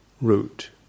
root